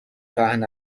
پهن